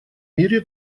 мире